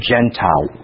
Gentile